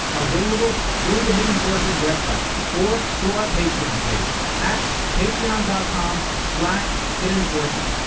available through the hidden forces website or through our patreon page at patreon and com so hiddenforces.